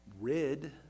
rid